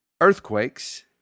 earthquakes